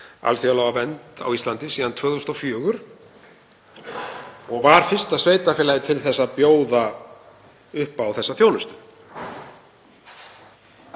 alþjóðlega vernd á Íslandi síðan 2004 og var fyrsta sveitarfélagið til að bjóða upp á þá þjónustu.